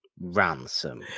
ransom